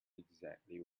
exactly